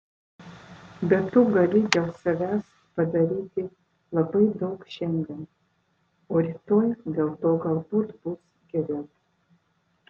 bet tu gali dėl savęs padaryti labai daug šiandien o rytoj dėl to galbūt bus geriau